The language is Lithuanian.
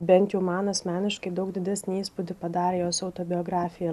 bent jau man asmeniškai daug didesnį įspūdį padarė jos autobiografija